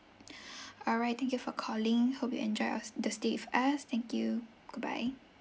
all right thank you for calling hope you enjoy our the stay with us thank you goodbye